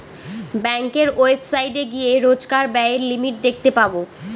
ব্যাঙ্কের ওয়েবসাইটে গিয়ে রোজকার ব্যায়ের লিমিট দেখতে পাবো